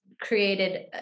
created